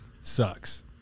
sucks